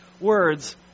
words